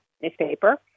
newspaper